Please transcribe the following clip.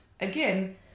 Again